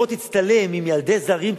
בוא תצטלם עם ילדי זרים,